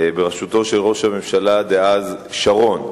בראשותו של ראש הממשלה דאז, שרון.